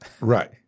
Right